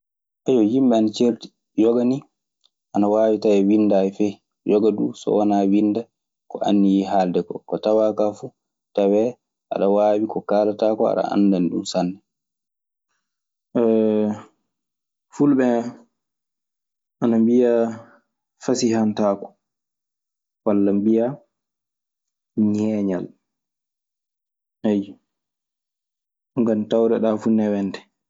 yimɓe ana certi yoga nii, ana waawi taweede winndaali fay, yoga duu so wanaa winnda ko anniyii halde koo. Ko tawaa fuu tawee aɗa waawi, ko kaalataa ko aɗa anndani ɗum sanne. Fulɓe na mbiya fasiyantaako, walla mbiyaa ñeeñal. Ayyo, ɗun kaa nde tawreɗaa fu newente.